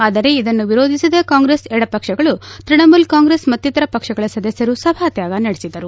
ಆದರೆ ಇದನ್ನು ವಿರೋಧಿಸಿದ ಕಾಂಗ್ರೆಸ್ ಎಡಪಕ್ಷಗಳು ತೃಣಮೂಲ ಕಾಂಗ್ರೆಸ್ ಮತ್ತಿತರ ಪಕ್ಷಗಳ ಸದಸ್ಯರು ಸಭಾತ್ಯಾಗ ನಡೆಸಿದರು